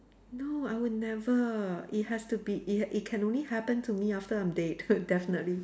no I would never it has to be it had it can only happen to me after I'm dead definitely